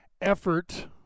effort